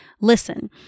listen